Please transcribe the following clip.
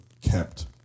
kept